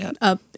up